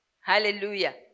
Hallelujah